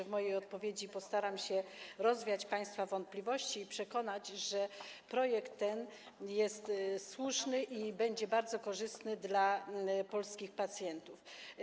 W mojej odpowiedzi postaram się, mam nadzieję, rozwiać państwa wątpliwości i przekonać, że projekt ten jest słuszny i będzie bardzo korzystny dla polskich pacjentów.